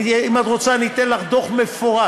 אם את רוצה, אני אתן לך דוח מפורט.